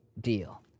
deal